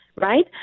right